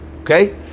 Okay